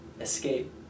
escape